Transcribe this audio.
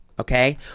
okay